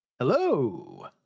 Hello